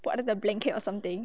what are the blanket or something